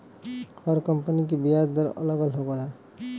हर company के बियाज दर अलग अलग होला